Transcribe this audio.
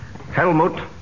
Helmut